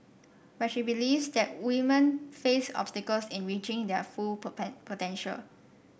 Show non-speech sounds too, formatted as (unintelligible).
but she believes that woman face obstacles in reaching their full (unintelligible) potential